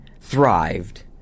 thrived